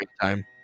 time